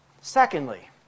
Secondly